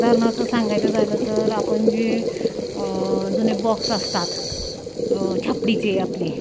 उदाहरणार्थ सांगायचं झालं तर आपण जे जुने बॉक्स असतात छापडीचे आपले